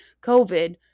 COVID